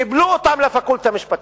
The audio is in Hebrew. קיבלו אותם לפקולטה למשפטים.